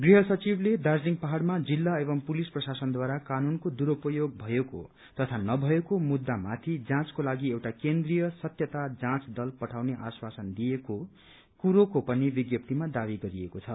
गृह सचिवले दार्जीलिङ पहाड़मा जिल्ला एवं पुलिस प्रशासनद्वारा कानूनको दुरूपयोग भएको तथा नभएको मुद्दामाथि जाँचको लागि एउटा केन्द्रीय सत्यता जाँच दल पठाउने आश्वासन दिएको कुरोको पनि विज्ञप्तीमा दावी गरिएको छ